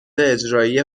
اجرایی